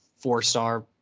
four-star